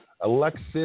Alexis